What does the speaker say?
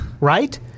right